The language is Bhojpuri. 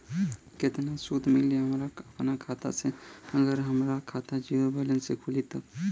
केतना सूद मिली हमरा अपना खाता से अगर हमार खाता ज़ीरो बैलेंस से खुली तब?